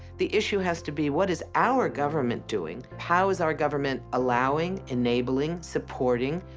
the issue has to be what is our government doing? how is our government allowing, enabling, supporting,